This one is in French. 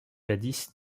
jadis